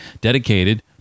dedicated